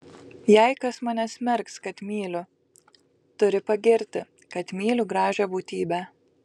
jei kas mane smerks kad myliu turi pagirti kad myliu gražią būtybę